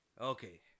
Okay